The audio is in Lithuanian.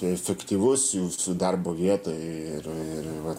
efektyvus jūsų darbo vietoje ir ir va